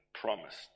promised